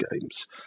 games